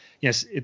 yes